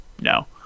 No